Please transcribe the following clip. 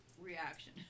reaction